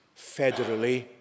federally